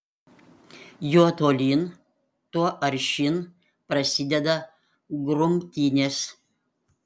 juo tolyn tuo aršyn prasideda grumtynės